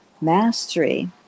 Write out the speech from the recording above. mastery